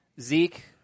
Zeke